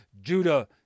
Judah